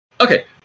Okay